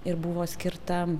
ir buvo skirta